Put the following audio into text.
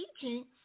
teaching